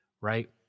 right